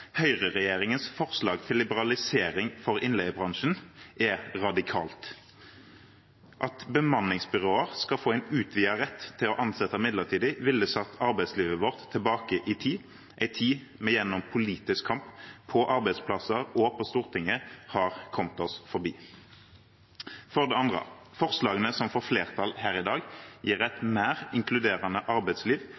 Høyreregjeringens forslag til liberalisering for innleiebransjen er radikalt. At bemanningsbyråer skal få en utvidet rett til å ansette midlertidig, ville satt arbeidslivet vårt tilbake i tid – en tid vi gjennom politisk kamp på arbeidsplasser og på Stortinget har kommet oss forbi. For det andre: Forslagene som får flertall her i dag, gir et